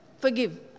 forgive